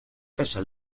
casa